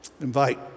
Invite